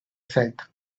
said